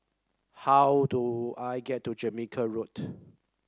how do I get to Jamaica Road